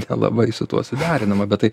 nelabai su tuo suderinama bet tai